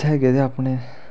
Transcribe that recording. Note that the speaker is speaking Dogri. इत्थें गेदे अपने